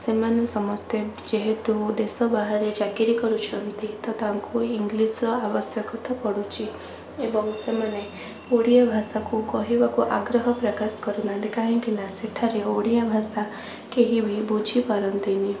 ସେମାନେ ସମସ୍ତେ ଯେହେତୁ ଦେଶ ବାହାରେ ଚାକିରି କରୁଛନ୍ତି ତ ତାଙ୍କୁ ଇଙ୍ଗ୍ଲିଶର ଆବଶ୍ୟକତା ପଡୁଛି ଏବଂ ସେମାନେ ଓଡ଼ିଆ ଭାଷାକୁ କହିବାକୁ ଆଗ୍ରହ ପ୍ରାକାଶ କରୁନାହାନ୍ତି କାହିଁକି ନା ସେଠାରେ ଓଡ଼ିଆ ଭାଷା କେହିବି ବୁଝିପାରନ୍ତିନି